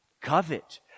covet